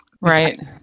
right